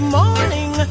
morning